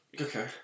Okay